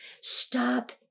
Stop